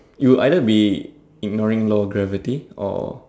you either be ignoring law gravity or